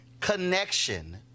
connection